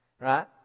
Right